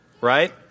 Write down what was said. right